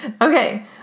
Okay